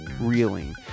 reeling